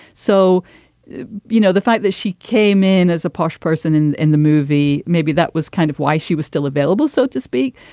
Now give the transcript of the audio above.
so you know the fact that she came in as a posh person in in the movie. maybe that was kind of why she was still available so to speak.